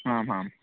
आमां